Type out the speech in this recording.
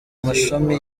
mashami